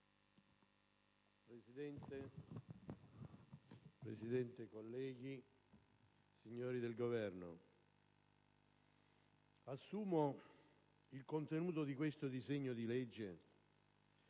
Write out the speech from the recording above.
Presidente, onorevoli colleghi, signori del Governo, assumo il contenuto di questo disegno di legge